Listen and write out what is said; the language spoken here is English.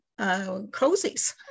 cozies